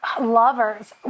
lovers